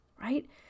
right